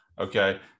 Okay